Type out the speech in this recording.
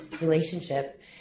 relationship